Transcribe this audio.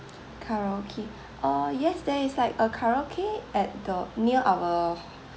karaoke uh yes there is like a karaoke at the near our